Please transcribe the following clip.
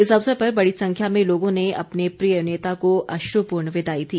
इस अवसर पर बड़ी संख्या में लोगों ने अपने प्रिय नेता को अश्रपूर्ण विदाई दी